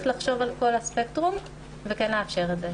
לחשוב על כל הספקטרום וכן לאפשר את זה.